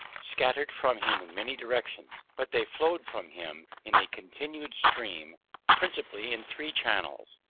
scattered from him, in many directions, but they flowed from him in a continued stream principally in three channels.